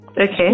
Okay